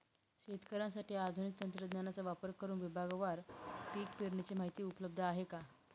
शेतकऱ्यांसाठी आधुनिक तंत्रज्ञानाचा वापर करुन विभागवार पीक पेरणीची माहिती उपलब्ध आहे का?